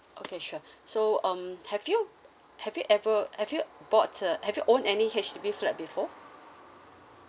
okay sure so um have you have you ever have you bought a have you owned any H_D_B flat before